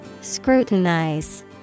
scrutinize